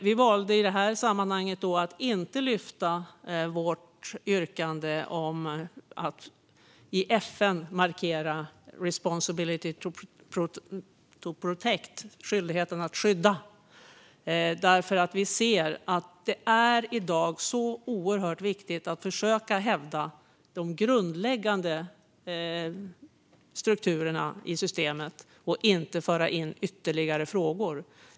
Vi valde i det sammanhanget att inte lyfta vårt yrkande om att i FN markera responsibility to protect, skyldigheten att skydda. Vi ser nämligen att det i dag är oerhört viktigt att försöka hävda de grundläggande strukturerna i systemet och inte föra in ytterligare frågor.